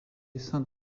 saint